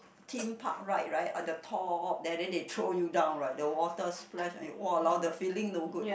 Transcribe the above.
theme-park ride right on the top there then they throw you down right the water splash !walao! the feeling no good